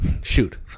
Shoot